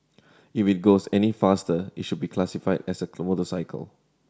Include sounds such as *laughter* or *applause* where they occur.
if it goes any faster it should be classified as a *unintelligible* motorcycle